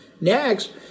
Next